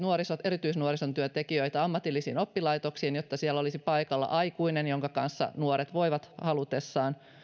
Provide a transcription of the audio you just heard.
erityisnuorisotyöntekijöitä ammatillisiin oppilaitoksiin jotta siellä olisi paikalla aikuinen jonka kanssa nuoret voivat halutessaan